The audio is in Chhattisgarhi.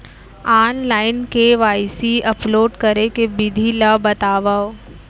ऑनलाइन के.वाई.सी अपलोड करे के विधि ला बतावव?